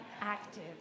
active